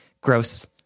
gross